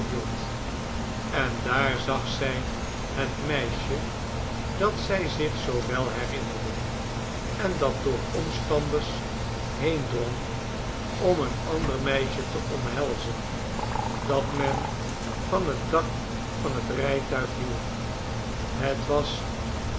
en daar zag zij het meisje dat zij zich zoo wel herinnerde en dat door de omstanders heendrong om een ander meisje te omhelzen dat men van het dak van het rijtuig hielp het was